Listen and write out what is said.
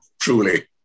Truly